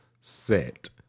set